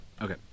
Okay